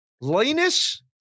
Linus